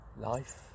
life